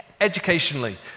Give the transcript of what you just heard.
educationally